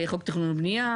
חוק תכנון ובנייה,